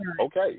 okay